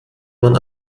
man